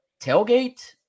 tailgate